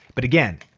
but again,